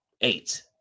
Eight